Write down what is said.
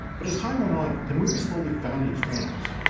but as time went on, the movie slowly found its fans,